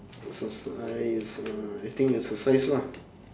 exercise uh I think exercise lah